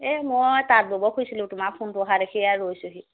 এই মই তাঁত ব'ব খুজিছিলোঁ তোমাৰ ফোনটো অহা দেখি আৰু ৰৈছোঁহি